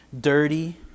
Dirty